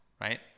right